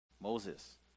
Moses